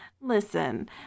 listen